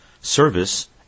service